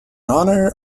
honour